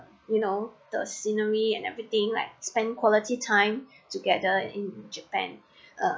you know the scenery and everything like spend quality time together in japan uh